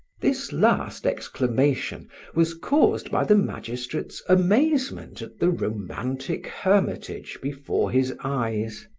this last exclamation was caused by the magistrate's amazement at the romantic hermitage before his eyes.